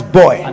boy